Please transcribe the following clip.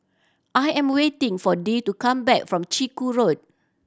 I am waiting for Dee to come back from Chiku Road